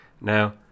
Now